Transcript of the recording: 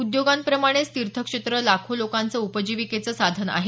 उद्योगांप्रमाणच तीर्थक्षेत्र लाखो लोकांचं उपजीविकेचं साधन आहे